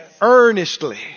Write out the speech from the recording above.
earnestly